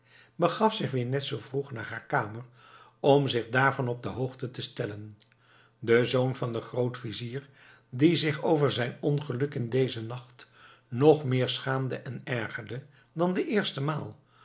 begaf zich weer net zoo vroeg naar haar kamer om zich daarvan op de hoogte te stellen de zoon van den grootvizier die zich over zijn ongeluk in dezen nacht nog meer schaamde en ergerde dan de eerste maal